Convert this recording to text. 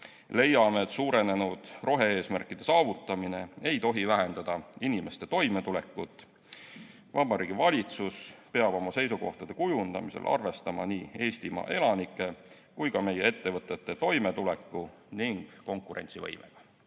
Leiame, et suurenenud rohe-eesmärkide saavutamine ei tohi vähendada inimeste toimetulekut. Vabariigi Valitsus peab oma seisukohtade kujundamisel arvestama nii Eestimaa elanike kui ka meie ettevõtete toimetuleku ning konkurentsivõimega.